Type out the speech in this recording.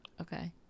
Okay